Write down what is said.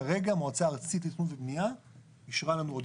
כרגע המועצה הארצית לתכנון ובנייה אישרה לנו עוד